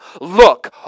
Look